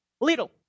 Little